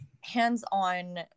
hands-on